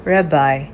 Rabbi